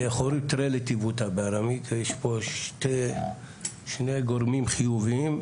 יש פה שני גורמים חיוביים.